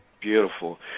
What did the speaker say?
Beautiful